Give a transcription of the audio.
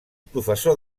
professor